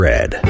Red